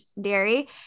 dairy